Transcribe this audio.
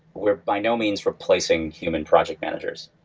we're by no means replacing human project managers.